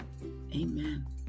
Amen